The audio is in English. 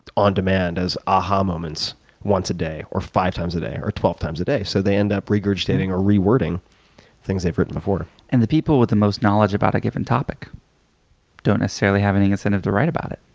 on demand as aha moments once a day or five times a day or twelve times a day. so they end up regurgitating or rewording things they've written before. and the people with the most knowledge about a given topic don't necessarily have any incentive to write about it.